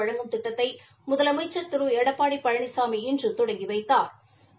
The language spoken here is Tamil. வழங்கும் திட்டத்தை முதலமைச்சா் திரு எடப்பாடி பழனிசாமி இன்று தொடங்கி வைத்தாா்